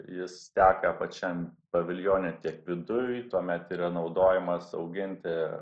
jis teka pačiam paviljone tiek viduj tuomet yra naudojamas auginti